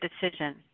decision